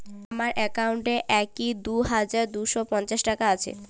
আমার অ্যাকাউন্ট এ কি দুই হাজার দুই শ পঞ্চাশ টাকা আছে?